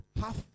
Half